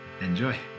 enjoy